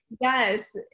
yes